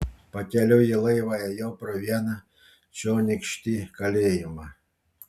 pakeliui į laivą ėjau pro vieną čionykštį kalėjimą